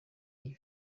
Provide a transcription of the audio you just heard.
iyi